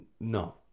no